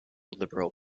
liberal